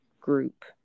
group